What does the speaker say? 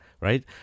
right